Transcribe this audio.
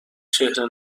چهره